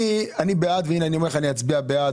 אני בעד והינה אני אומר לך: אני אצביע בעד,